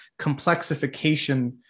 complexification